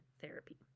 therapy